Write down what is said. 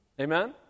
Amen